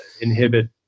inhibit